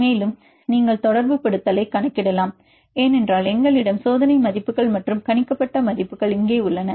மேலும் நீங்கள் தொடர்புபடுத்தலைக் கணக்கிடலாம் ஏனென்றால் எங்களிடம் சோதனை மதிப்புகள் மற்றும் கணிக்கப்பட்ட மதிப்புகள் இங்கே உள்ளன